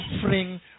suffering